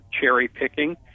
cherry-picking